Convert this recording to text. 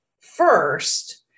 first